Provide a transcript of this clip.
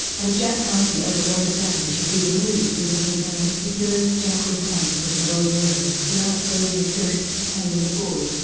and jack argue over whether danny should be removed from the hotel and a furious jack returns to the gold room, now filled with ghosts attending a ball.